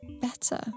better